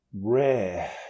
Rare